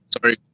Sorry